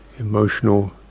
emotional